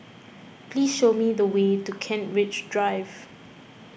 please show me the way to Kent Ridge Drive